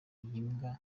mbwa